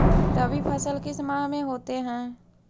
रवि फसल किस माह में होते हैं?